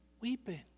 weeping